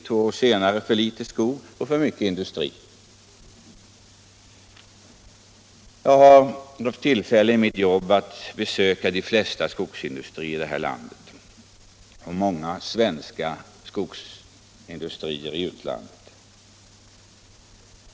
Två år senare har vi för litet skog och för mycket industri. Jag har i mitt jobb haft tillfälle att besöka de flesta skogsindustrier i det här landet och många svenska skogsindustrier i utlandet.